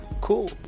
cool